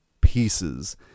Pieces